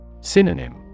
Synonym